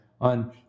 on